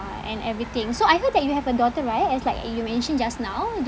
ah and everything so I heard that you have a daughter right as like you mentioned just now